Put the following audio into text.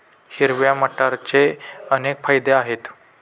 हिरव्या मटारचे अनेक फायदे आहेत